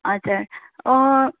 हजुर